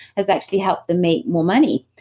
has actually helped them make more money,